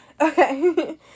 Okay